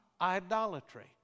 idolatry